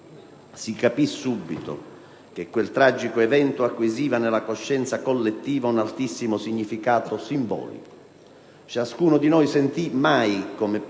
Si capì subito che quel tragico evento acquisiva nella coscienza collettiva un altissimo significato simbolico. Ciascuno di noi sentì, come mai